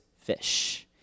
fish